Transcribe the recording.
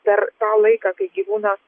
per tą laiką kai gyvūnas